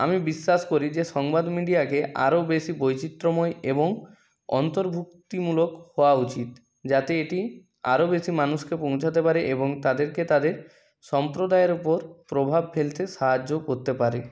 আমি বিশ্বাস করি যে সংবাদ মিডিয়াকে আরও বেশি বৈচিত্র্যময় এবং অন্তর্ভুক্তিমূলক হওয়া উচিত যাতে এটি আরও বেশি মানুষকে পৌঁছাতে পারে এবং তাদেরকে তাদের সম্প্রদায়ের ওপর প্রভাব ফেলতে সাহায্যও করতে পারে